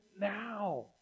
now